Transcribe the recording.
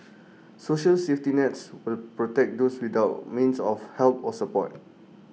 social safety nets will protect those without means of help or support